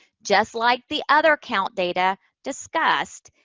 just like the other count data discussed,